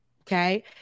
okay